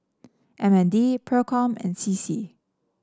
M N D Procom and C C